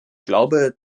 glaube